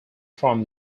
from